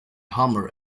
homer